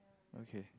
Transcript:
okay